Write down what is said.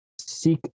seek